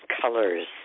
colors